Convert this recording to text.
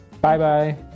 Bye-bye